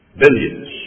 Billions